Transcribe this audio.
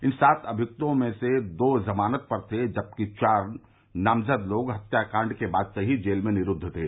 इन सात अभियुक्तों में दो लोग जुमानत पर थे जबकि चार नामज़द लोग हत्याकांड के बाद से ही जेल में निरूद्व थे